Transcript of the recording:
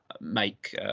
make